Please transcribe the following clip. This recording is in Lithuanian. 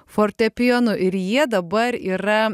fortepijonu ir jie dabar yra